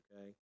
okay